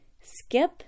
skip